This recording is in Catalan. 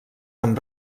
amb